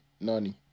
Nani